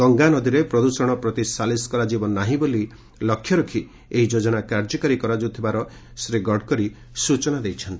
ଗଙ୍ଗା ନଦୀରେ ପ୍ରଦୃଷଣ ପ୍ରତି ସାଲିସ୍ କରାଯିବ ନାହିଁ ବୋଲି ଲକ୍ଷ୍ୟ ରଖି ଏହି ଯୋଜନା କାର୍ଯ୍ୟକାରୀ କରାଯାଉଥିବା ଶ୍ରୀ ଗଡକରୀ କହିଛନ୍ତି